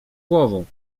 głową